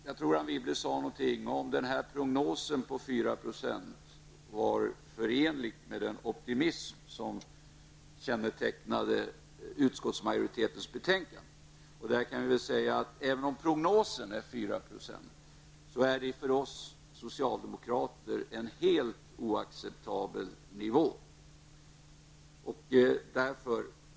Jag tror Anne Wibble frågade om prognosen på 4% var förenlig med den optimism som kännetecknade utskottsmajoritetens skrivning i betänkandet. Även om prognosen är 4% är detta en helt oacceptabel nivå för oss socialdemokrater.